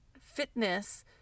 fitness